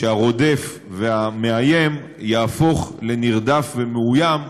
שהרודף והמאיים יהפוך לנרדף ומאוים,